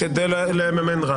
כי לא היה לכם אישור ליישוב, לא